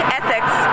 ethics